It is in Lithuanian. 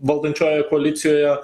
valdančiojoj koalicijoje